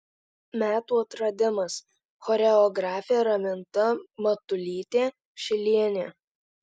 metų atradimas choreografė raminta matulytė šilienė